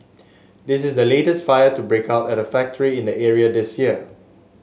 this is the latest fire to break out at a factory in the area this year